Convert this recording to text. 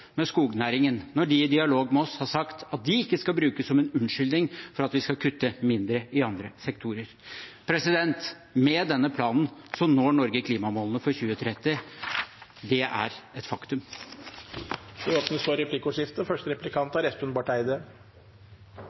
med skognæringen når de i dialog med oss har sagt at de ikke skal brukes som en unnskyldning for at vi skal kutte mindre i andre sektorer. Med denne planen når Norge klimamålene for 2030. Det er et faktum. Det blir replikkordskifte.